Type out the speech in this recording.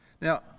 Now